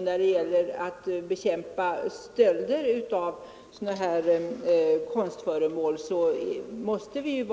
När det gäller att bekämpa stölder av konstföremål måste vi